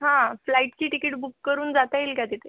हा फ्लाइटची तिकीट बुक करून जाता येईल का तिथे